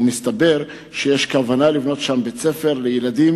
ומסתבר שיש כוונה לבנות שם בית-ספר לילדים